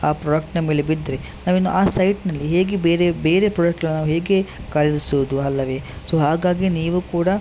ಆ ಪ್ರೊಡಕ್ಟ್ನ ಮೇಲೆ ಬಿದ್ದರೆ ನಾವಿನ್ನು ಆ ಸೈಟ್ನಲ್ಲಿ ಹೇಗೆ ಬೇರೆ ಬೇರೆ ಪ್ರೊಡಕ್ಟ್ಗಳನ್ನು ಹೇಗೆ ಖರೀದಿಸೋದು ಅಲ್ಲವೇ ಸೊ ಹಾಗಾಗಿ ನೀವೂ ಕೂಡ